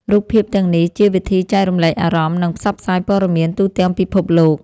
រូបភាពទាំងនេះជាវិធីចែករំលែកអារម្មណ៍ និងផ្សព្វផ្សាយព័ត៌មានទូទាំងពិភពលោក។